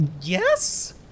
Yes